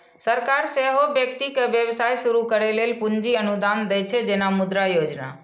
सरकार सेहो व्यक्ति कें व्यवसाय शुरू करै लेल पूंजी अनुदान दै छै, जेना मुद्रा योजना